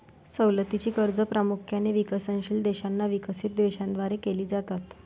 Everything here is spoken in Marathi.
सवलतीची कर्जे प्रामुख्याने विकसनशील देशांना विकसित देशांद्वारे दिली जातात